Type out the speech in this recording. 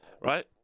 right